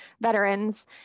veterans